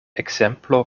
ekzemplo